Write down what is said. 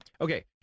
okay